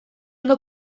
ondo